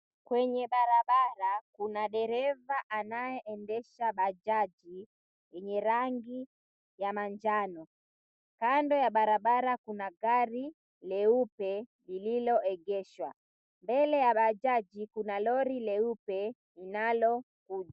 Kwenye barabara kuna dereva ananaye endesha bajaji yenye rangi ya manjano, kando ya barabara kuna gari leupe lililoegeshwa. Mbele ya bajaji kuna lori leupe linalokuja.